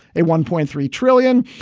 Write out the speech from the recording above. a one point three trillion.